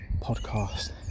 podcast